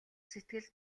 сэтгэл